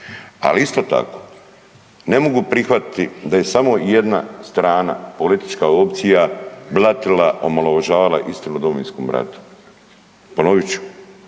Ali isto tako, ne mogu prihvatiti da je samo jedna strana, politička opcija blatila, omalovažavala istinu o Domovinskom ratu. Ponovit ću.